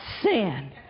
sin